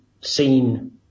seen